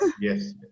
Yes